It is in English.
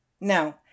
Now